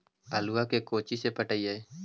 आलुआ के कोचि से पटाइए?